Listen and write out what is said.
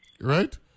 right